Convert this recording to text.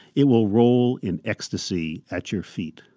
it will roll in ecstasy at your feet.